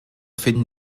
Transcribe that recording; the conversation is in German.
finden